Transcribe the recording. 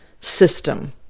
system